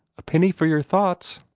a penny for your thoughts!